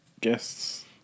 guests